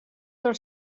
del